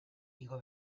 igo